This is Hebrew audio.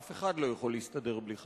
אף אחד לא יכול להסתדר בלי חשמל.